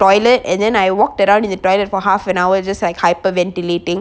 toilet and then I walked around in the toilet for half an hour is just like hyperventilating